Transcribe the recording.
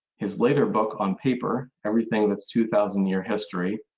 his later book on paper, everything that's two thousand year history,